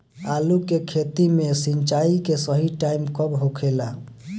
आलू के खेती मे सिंचाई के सही टाइम कब होखे ला?